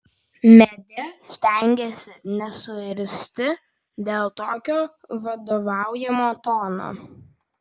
medė stengėsi nesuirzti dėl tokio vadovaujamo tono